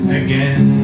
again